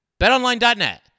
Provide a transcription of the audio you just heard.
BetOnline.net